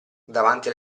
davanti